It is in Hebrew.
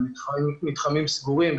במתחמים סגורים,